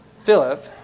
Philip